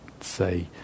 say